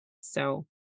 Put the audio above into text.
So-